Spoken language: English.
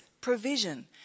provision